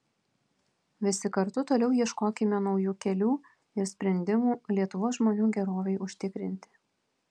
visi kartu toliau ieškokime naujų kelių ir sprendimų lietuvos žmonių gerovei užtikrinti